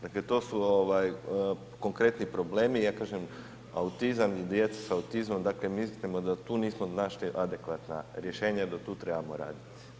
Dakle, to su konkretni problemi, ja kažem autizam i djeca s autizmom, dakle, mislimo da tu nismo našli adekvatna rješenja i da tu trebamo radit.